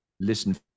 listen